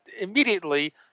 immediately